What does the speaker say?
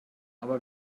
aber